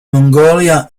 mongolia